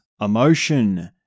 emotion